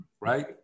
Right